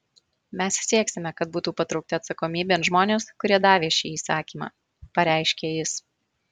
mes sieksime kad būtų patraukti atsakomybėn žmonės kurie davė šį įsakymą pareiškė jis